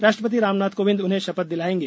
राष्ट्रपति रामनाथ कोविंद उन्हें शपथ दिलाएंगे